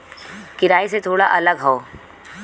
किराए से थोड़ा अलग हौ